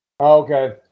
Okay